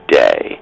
day